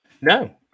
no